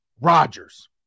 Rodgers